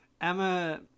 Emma